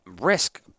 risk